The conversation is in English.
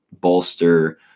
bolster